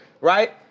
right